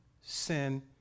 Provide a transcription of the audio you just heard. sin